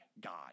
God